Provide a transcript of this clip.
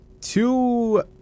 Two